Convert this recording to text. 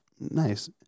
Nice